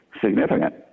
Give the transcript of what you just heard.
significant